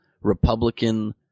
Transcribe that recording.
Republican